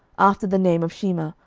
after the name of shemer,